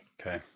Okay